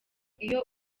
iyo